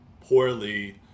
poorly